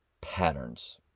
patterns